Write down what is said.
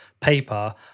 paper